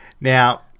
Now